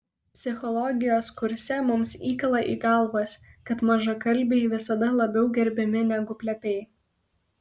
psichologijos kurse mums įkala į galvas kad mažakalbiai visada labiau gerbiami negu plepiai